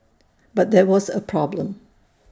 but there was A problem